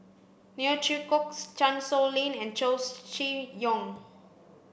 Neo Chwee Kok Chan Sow Lin and Chow Chee Yong